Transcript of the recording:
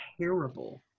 terrible